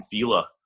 Fila